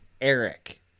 Eric